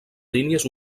línies